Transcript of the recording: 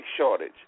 shortage